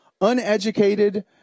uneducated